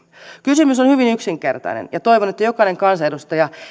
kysymys on hyvin yksinkertainen ja toivon että jokainen kansanedustaja